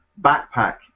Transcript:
backpack